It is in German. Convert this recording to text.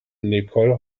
nicole